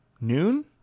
noon